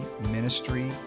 ministry